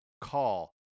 call